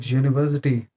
university